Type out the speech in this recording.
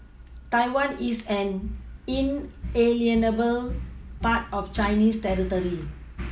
Taiwan is an inalienable part of Chinese territory